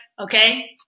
okay